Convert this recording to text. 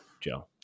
Joe